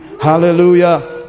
Hallelujah